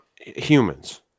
humans